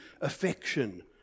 affection